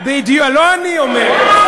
מה אתה אומר?